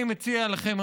אני מציע לכם,